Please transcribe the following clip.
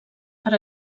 per